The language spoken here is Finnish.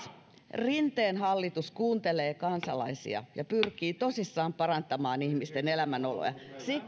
rinteen hallitus kuuntelee kansalaisia ja pyrkii tosissaan parantamaan ihmisten elämänoloja siksi